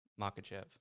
makachev